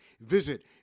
Visit